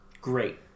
Great